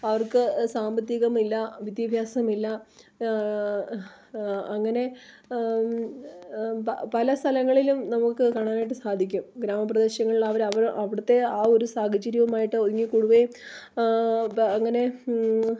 അവർക്ക് സാമ്പത്തികമില്ല വിദ്യാഭ്യാസമില്ല അങ്ങനെ പ പല സ്ഥലങ്ങളിലും നമുക്ക് കാണാനായിട്ട് സാധിക്കും ഗ്രാമപ്രദേശങ്ങളിൽ അവർ അവിടുത്തെ ആ ഒരു സാഹചര്യവുമായിട്ട് ഒതുങ്ങി കൂടുകയും അങ്ങനെ